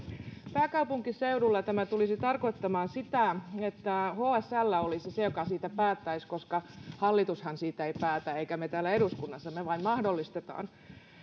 pääkaupunkiseudulla tämä tulisi tarkoittamaan sitä että hsl olisi se joka siitä päättäisi koska hallitushan siitä ei päätä emmekä me täällä eduskunnassa me vain mahdollistamme